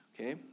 okay